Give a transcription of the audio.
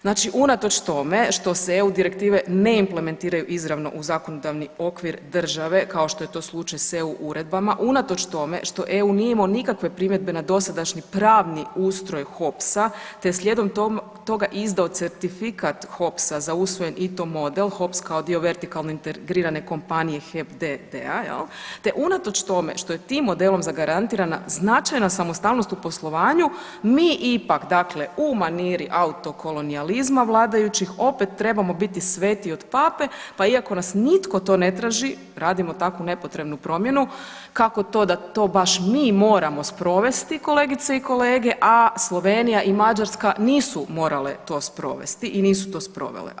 Znači, unatoč tome što se EU direktive ne implementiraju izravno u zakonodavni okvir države, kao što je to slučaj s EU uredbama, unatoč tome što EU nije imao nikakve primjedbe na dosadašnji pravni ustroj HOPS-a te je slijedom toga izdao certifikat HOPS-a za usvojen ITO model, HOPS kao dio vertikalno integrirane kompanije HEP d.d.-a, je li, te unatoč tome što je tim modelom zagarantirana značajna samostalnost u poslovanju, mi ipak, dakle, u maniri autokolonijalizma vladajućih, opet trebamo biti svetiji od Pape, pa iako nas nitko to ne traži, radimo takvu nepotrebnu promjenu, kako to da to baš mi moramo sprovesti, kolegice i kolege, a Slovenija i Mađarska nisu morale to sprovesti i nisu to sprovele?